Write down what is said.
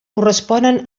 corresponen